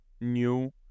new